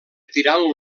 tirant